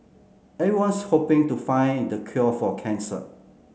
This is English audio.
everyone's hoping to find the cure for cancer